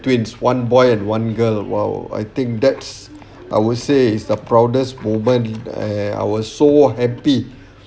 twins one boy and one girl !wow! I think that's I would say is the proudest moment and I was so happy